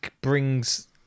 brings